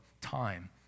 time